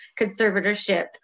conservatorship